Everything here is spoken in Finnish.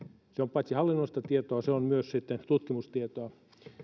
paitsi hallinnollista tietoa se on myös tutkimustietoa